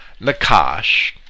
Nakash